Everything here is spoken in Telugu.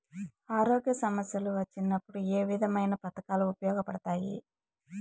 ఆరోగ్య సమస్యలు వచ్చినప్పుడు ఏ విధమైన పథకాలు ఉపయోగపడతాయి